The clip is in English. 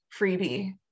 freebie